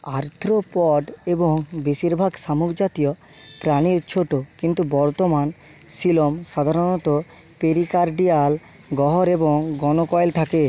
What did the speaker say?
arthropod এবং বেশিরভাগ শামুকজাতীয় প্রাণীর ছোট কিন্তু বর্তমান সিলম সাধারণত পেরিকার্ডিয়াল গহ্বর এবং গনোকয়েল থাকে